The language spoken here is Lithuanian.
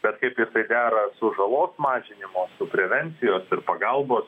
bet kaip jisai dera su žalos mažinimu prevencijos ir pagalbos